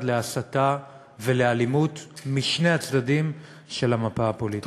להסתה ולאלימות משני הצדדים של המפה הפוליטית.